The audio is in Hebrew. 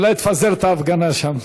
אולי תפזר את ההפגנה שם.